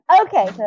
Okay